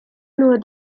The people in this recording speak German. nur